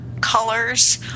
colors